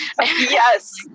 yes